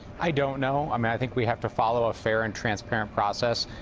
i don't know. i mean i think we have to follow a fair and transparent process.